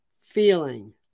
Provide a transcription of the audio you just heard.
feeling